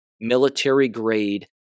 military-grade